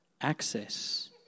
Access